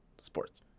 sports